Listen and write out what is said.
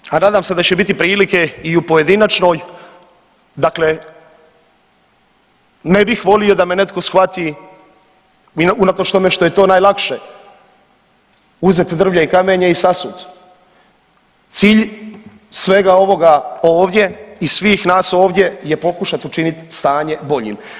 Sve ovo, a nadam se da će biti prilike i u pojedinačnoj, dakle ne bih volio da me netko shvati, unatoč tome što je to najlakše uzet drvlje i kamenje i sasut, cilj svega ovoga ovdje i svih nas ovdje je pokušati učinit stanje boljim.